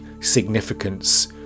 significance